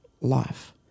life